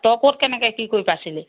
তই ক'ত কেনেকৈ কি কৰি পাইছিলি